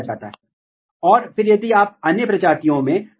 यह बताता है कि वे दो स्वतंत्र पाथवेज में काम कर रहे हैं